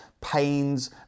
pains